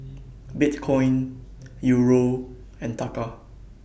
Bitcoin Euro and Taka